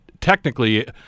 technically